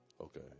Okay